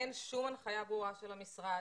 אין שום הנחיה ברורה של המשרד,